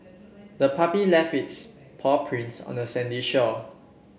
the puppy left its paw prints on the sandy shore